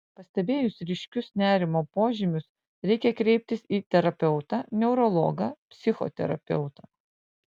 pastebėjus ryškius nerimo požymius reikia kreiptis į terapeutą neurologą psichoterapeutą